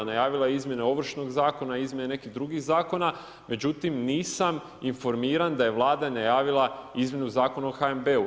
Najavila je izmjene Ovršnog zakona, izmjene nekih drugih zakona, međutim, nisam informiran da je Vlada najavila izmjena Zakona o HNB.